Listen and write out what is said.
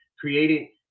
creating